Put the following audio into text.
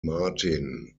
martin